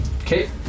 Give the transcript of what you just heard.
Okay